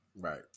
Right